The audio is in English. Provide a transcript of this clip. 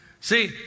See